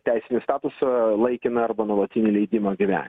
teisinį statusą laikiną arba nuolatinį leidimą gyvent